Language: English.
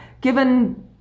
Given